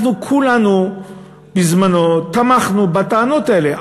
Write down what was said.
אנחנו כולנו בזמנו תמכנו בטענות האלה,